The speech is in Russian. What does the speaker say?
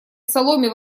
соломе